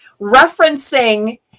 referencing